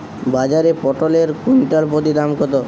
বাজারে পটল এর কুইন্টাল প্রতি দাম কত?